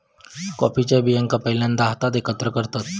कॉफीच्या बियांका पहिल्यांदा हातात एकत्र करतत